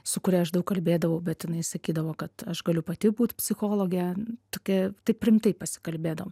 su kuria aš daug kalbėdavau bet jinai sakydavo kad aš galiu pati būt psichologe tokia taip rimtai pasikalbėdavom